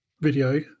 video